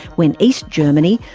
when east germany,